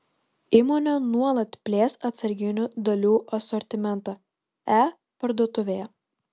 įmonė nuolat plės atsarginių dalių asortimentą e parduotuvėje